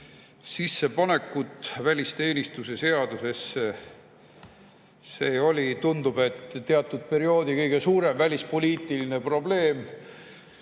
panemist välisteenistuse seadusesse. See oli, tundub, teatud perioodil kõige suurem välispoliitiline probleem